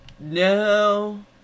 No